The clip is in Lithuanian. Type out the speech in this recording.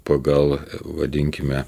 pagal vadinkime